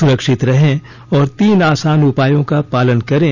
सुरक्षित रहें और तीन आसान उपायों का पालन करें